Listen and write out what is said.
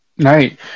Right